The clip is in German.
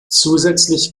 zusätzlich